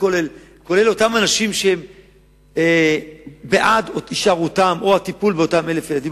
וכולל אותם אנשים שהם בעד הישארותם או בעד הטיפול באותם 1,000 ילדים.